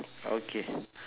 okay